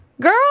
girl